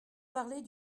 parlez